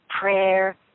prayer